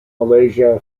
malaysia